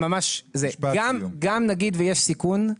ממש זה, גם נגיד ויש סיכון,